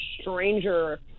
stranger